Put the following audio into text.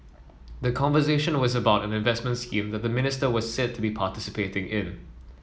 the conversation was about an investment scheme that the minister was said to be participating in